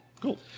Cool